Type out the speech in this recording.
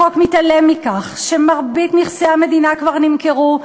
החוק מתעלם מכך שמרבית נכסי המדינה כבר נמכרו,